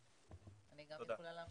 אני גם יכולה לברך?